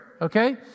okay